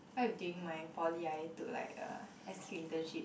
what if during my poly I took like a S_Q internship